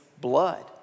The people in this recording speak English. blood